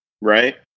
right